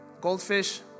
goldfish